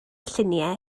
lluniau